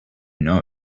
know